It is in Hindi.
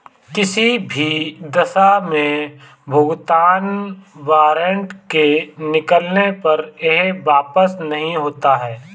किसी भी दशा में भुगतान वारन्ट के निकलने पर यह वापस नहीं होता है